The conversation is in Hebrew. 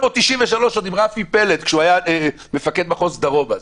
ב-1993, עוד עם רפי פלד כשהיה מפקד מחוז דרום אז,